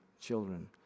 children